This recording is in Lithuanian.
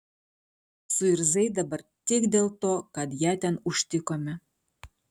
suirzai dabar tik dėl to kad ją ten užtikome